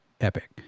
epic